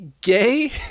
gay